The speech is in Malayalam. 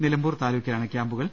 നിലമ്പൂർ താലൂക്കിലാണ് ക്യാമ്പുകൾ